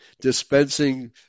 dispensing